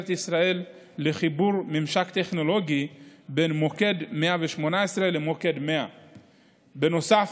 ישראל לחיבור ממשק טכנולוגי בין מוקד 118 למוקד 100. בנוסף,